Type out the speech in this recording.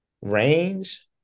range